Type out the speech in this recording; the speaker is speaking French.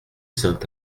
saint